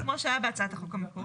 זה נשאר כמו שהיה בהצעת החוק המקורית.